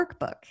workbook